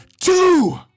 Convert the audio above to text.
two